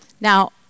Now